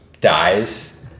dies